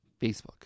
Facebook